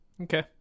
Okay